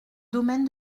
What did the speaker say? domaine